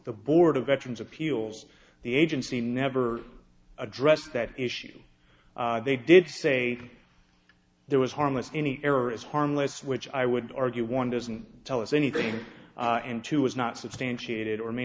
the board of veterans appeals the agency never addressed that issue they did say there was harmless any error is harmless which i would argue one doesn't tell us anything and two is not substantiated or may